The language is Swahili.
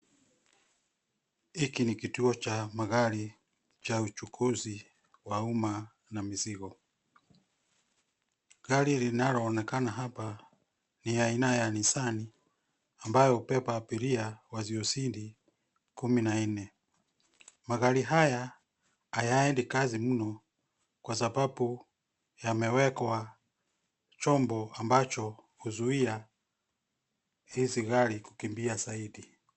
Hiki ni kituo cha magari cha uchukuzi wa umma na mizigo. Gari linaloonekana hapa ni ya aina ya nisani ambayo hubeba abiria wasiozidi kumi na nne. Magari haya hayaendi kazi mno, kwa sababu yamewekwa chombo ambacho huzuia hizi gari kukimbia zaidi.